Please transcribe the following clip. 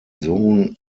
sohn